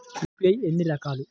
UPI ఎన్ని రకాలు?